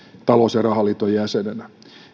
talous ja rahaliiton jäsenenä